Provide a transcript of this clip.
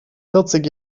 vierzig